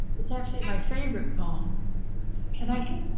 it's actually my favorite poem and i think